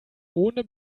ohne